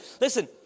Listen